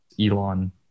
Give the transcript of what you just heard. Elon